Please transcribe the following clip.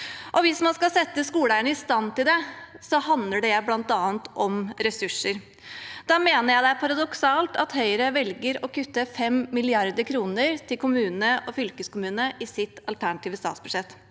Hvis vi skal sette skoleeierne i stand til det, handler det bl.a. om ressurser. Da mener jeg det er paradoksalt at Høyre velger å kutte 5 mrd. kr til kommunene og fylkeskommunene i sitt alternative statsbudsjett.